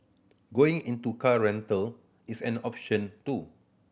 going into car rental is an option too